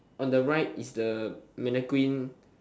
on the right is the mannequin